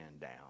down